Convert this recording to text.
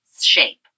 shape